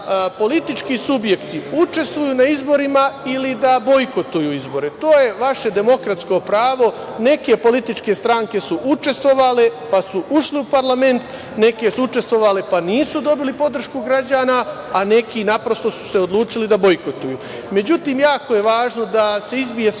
da politički subjekti učestvuju na izborima ili da bojkotuju izbore. To je vaše demokratsko pravo. Neke političke stranke su učestvovale, pa su ušle u parlament, neke su učestvovale i nisu dobile podršku građana, a neki su se naprosto odlučili da bojkotuju.Međutim, jako je važno da se izbije svaki